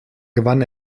gewann